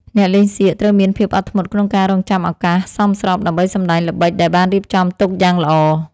អ្នកលេងសៀកត្រូវមានភាពអត់ធ្មត់ក្នុងការរង់ចាំឱកាសសមស្របដើម្បីសម្តែងល្បិចដែលបានរៀបចំទុកយ៉ាងល្អ។